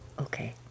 Okay